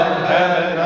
Heaven